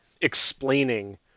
explaining